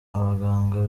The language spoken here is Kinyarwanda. abaganga